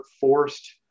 forced